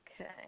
Okay